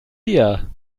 wir